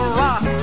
rock